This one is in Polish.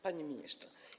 Panie Ministrze!